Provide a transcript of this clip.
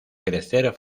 crecer